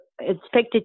expected